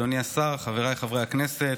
אדוני השר, חבריי חברי הכנסת,